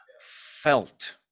felt